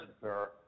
sir